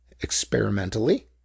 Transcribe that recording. experimentally